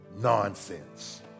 nonsense